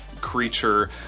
creature